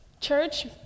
Church